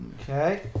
Okay